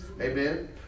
Amen